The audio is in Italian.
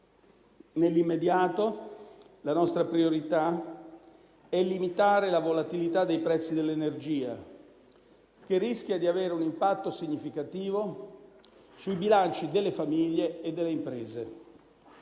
Nell'immediato la nostra priorità è limitare la volatilità dei prezzi dell'energia che rischia di avere un impatto significativo sui bilanci delle famiglie e delle imprese.